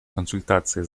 консультации